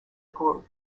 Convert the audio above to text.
group